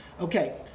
Okay